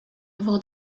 avoir